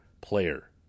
player